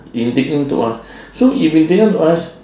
indignant to us so if indignant to us